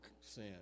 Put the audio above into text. sin